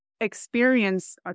experience